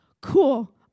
Cool